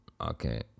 okay